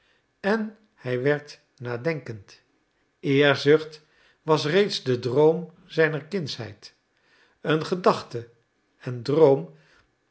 en hij werd nadenkend eerzucht was reeds de droom zijner kindsheid een gedachte en droom